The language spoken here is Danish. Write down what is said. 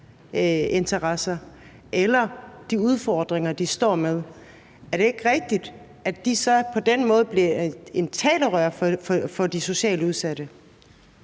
interesser eller de udfordringer, de står med. Er det så ikke rigtigt, at de på den måde bliver et talerør for de socialt udsatte?